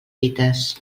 fites